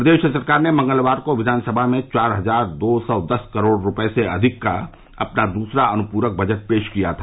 प्रदेश सरकार ने मंगलवार को विधानसभा में चार हजार दो सौ दस करोड़ रूपये से अधिक का अपना दूसरा अनुपूरक बजट पेश किया था